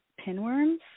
pinworms